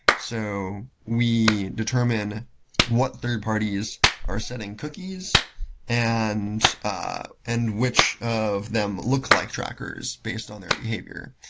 so we determine what third parties are setting cookies and ah and which of them look like trackers based on their behavior.